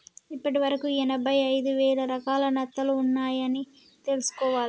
ఇప్పటి వరకు ఎనభై ఐదు వేల రకాల నత్తలు ఉన్నాయ్ అని తెలుసుకోవాలి